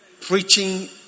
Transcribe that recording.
Preaching